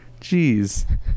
Jeez